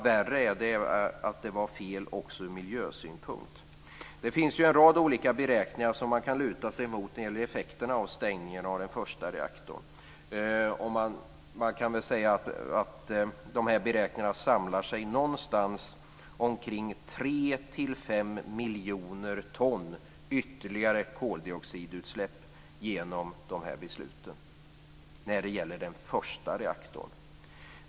Värre är att det var fel också ur miljösynpunkt. Det finns en rad olika beräkningar som man kan luta sig mot när det gäller effekterna av stängningen av den första reaktorn. Man kan väl säga att de här beräkningarna samlar sig någonstans omkring tre-fem miljoner ton ytterligare koldioxidutsläpp genom de här besluten, när det gäller den första reaktorn.